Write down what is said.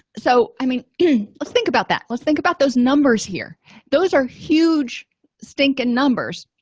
so i mean let's think about that let's think about those numbers here those are huge stinking numbers